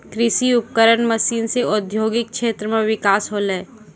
कृषि उपकरण मसीन सें औद्योगिक क्षेत्र म बिकास होलय